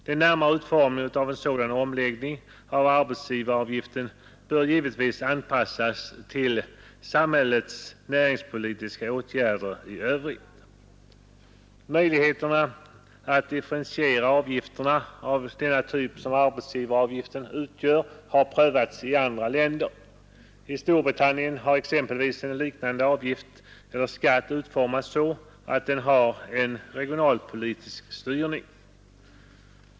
Den närmare utformningen av en sådan omläggning av arbetsgivaravgiften bör givetvis anpassas till samhällets näringspolitiska åtgärder i övrigt. En differentiering av avgifter av den typ som arbetsgivaravgiften utgör har prövats i andra länder. I Storbritannien har exempelvis en liknande avgift eller skatt utformats så att den har en regionalpolitisk styrning.